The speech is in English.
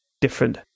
different